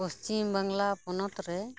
ᱯᱚᱥᱪᱤᱢᱵᱟᱝᱞᱟ ᱯᱚᱱᱚᱛ ᱨᱮ